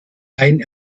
kein